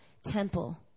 temple